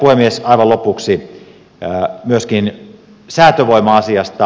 aivan lopuksi myöskin säätövoima asiasta